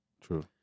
True